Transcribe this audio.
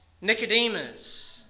Nicodemus